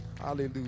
Hallelujah